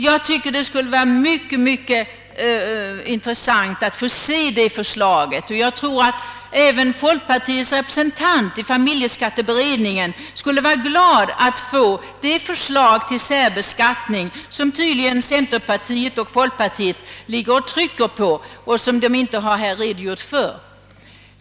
Jag tycker det skulle vara mycket intressant — och jag tror att även folkpartiets representant i familjeskatteberedningen skulle tycka detta — att få se det förslag till särbeskattning som centerpartiet och folkpartiet tydligen ligger och trycker på och som de inte här har redogjort för.